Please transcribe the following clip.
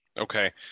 Okay